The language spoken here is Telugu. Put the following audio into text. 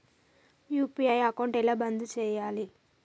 యూ.పీ.ఐ అకౌంట్ ఎలా బంద్ చేయాలి?